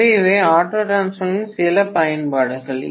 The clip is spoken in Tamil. எனவே இவை ஆட்டோ டிரான்ஸ்பார்மரின் சில பயன்பாடுகள்